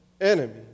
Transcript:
enemy